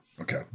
Okay